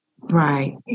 Right